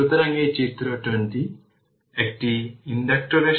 সুতরাং এখন KVL প্রয়োগ করুন